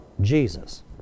Jesus